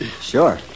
Sure